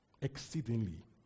Exceedingly